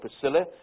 Priscilla